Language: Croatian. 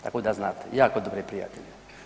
Tako da znate, jako dobre prijatelje.